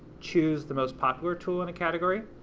choose the most popular tool in a category,